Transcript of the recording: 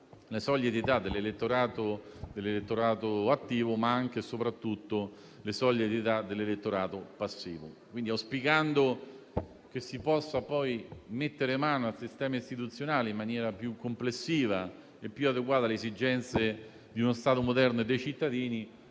le soglie di età dell'elettorato attivo, ma anche e soprattutto le soglie di età dell'elettorato passivo. Auspicando che si possa poi mettere mano al sistema istituzionale in maniera più complessiva e più adeguata alle esigenze di uno Stato moderno e dei cittadini,